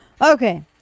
Okay